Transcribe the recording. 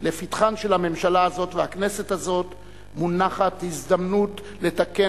לפתחן של הממשלה הזאת והכנסת הזאת מונחת הזדמנות לתקן